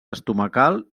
estomacal